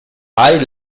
hai